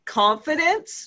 confidence